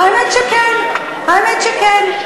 האמת שכן, האמת שכן.